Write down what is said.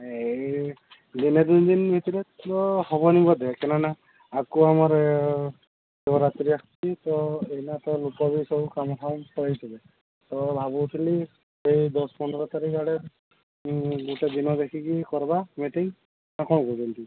ଏଇ ଦିନେ ଦୁଇ ଦିନ ଭିତେରେ ତ ହେବନି ବୋଧେ କାହିଁକିନା ଆଗକୁ ଆମର ଶିବରାତ୍ରି ଆସୁଛି ତ ଏଇନା ତ ଲୋକ ସବୁ କାମ ଫାମ ସରେଇଦେବେ ତ ଭାବୁଥିଲି ଏଇ ଦଶ ପନ୍ଦର ତାରିଖ ଆଡ଼େ ମୁଁ ଗୋଟେ ଦିନ ଦେଖି କରିବା ମିଟିଂ ନା କ'ଣ କହୁଛନ୍ତି